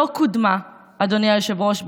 אדוני היושב-ראש,